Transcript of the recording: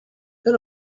and